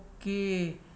Okay